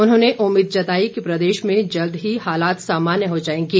उन्होंने उम्मीद जताई कि प्रदेश में जल्द ही हालात सामान्य हो जाएंगे